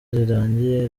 rirangiye